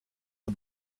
the